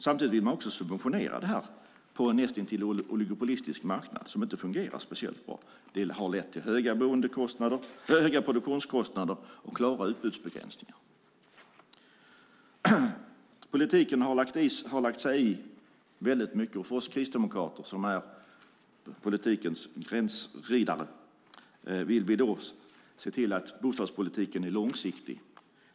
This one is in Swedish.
Samtidigt vill man subventionera på en näst intill oligopolistisk marknad, som inte fungerar speciellt bra. Det har lett till höga produktionskostnader och klara utbudsbegränsningar. Politiken har lagt sig i väldigt mycket. Vi kristdemokrater, som är politikens gränsriddare, vill se till att bostadspolitiken är långsiktig.